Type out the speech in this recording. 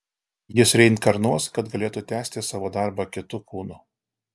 jis reinkarnuos kad galėtų tęsti savo darbą kitu kūnu